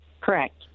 Correct